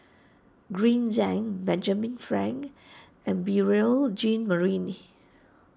Green Zeng Benjamin Frank and Beurel Jean Marie